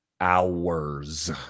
hours